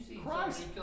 Christ